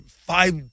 five